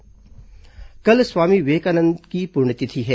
विवेकानंद पुण्यतिथि कल स्वामी विवेकानंद की पुण्यतिथि है